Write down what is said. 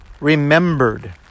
remembered